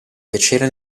piacere